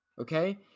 Okay